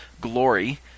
glory